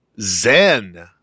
Zen